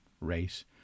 race